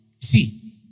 See